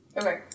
Okay